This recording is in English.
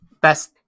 best